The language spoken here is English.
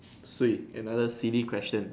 swee another silly question